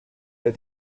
that